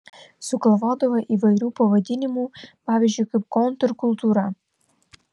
sugalvodavo įvairių pavadinimų pavyzdžiui kontrkultūra